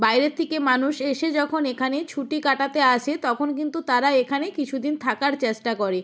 বাইরের থেকে মানুষ এসে যখন এখানে ছুটি কাটাতে আসে তখন কিন্তু তারা এখানে কিছু দিন থাকার চেষ্টা করে